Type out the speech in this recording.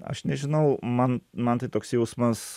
aš nežinau man man tai toks jausmas